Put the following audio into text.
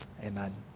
Amen